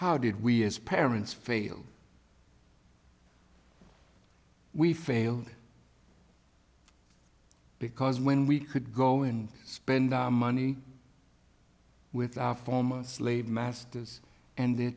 how did we as parents fail we failed because when we could go and spend money with former slave masters and their